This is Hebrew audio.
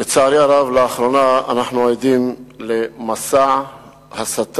לצערי הרב, לאחרונה אנחנו עדים למסע הסתה